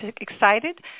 excited